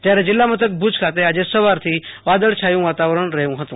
જયારે જિલ્લા મથક ભજ ખાતે આજે સવારથી વાદળીયું વાતાવરણ રહયુ હતું